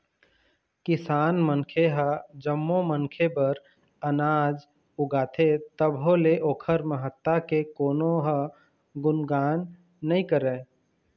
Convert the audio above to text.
किसान मनखे ह जम्मो मनखे बर अनाज उगाथे तभो ले ओखर महत्ता के कोनो ह गुनगान नइ करय